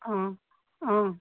অঁ অঁ